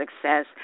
success